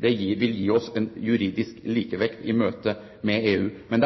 er